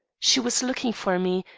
she was looking for me,